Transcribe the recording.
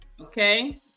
Okay